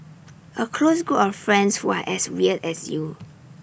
A close group of friends who are as weird as you